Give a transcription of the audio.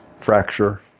fracture